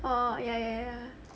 orh ya ya ya